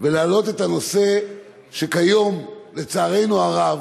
ולהעלות את הנושא שכיום, לצערנו הרב,